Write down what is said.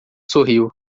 sorriu